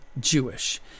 Jewish